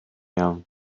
iawn